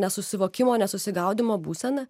nesusivokimo nesusigaudymo būseną